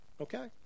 okay